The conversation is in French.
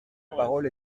parole